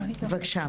בבקשה.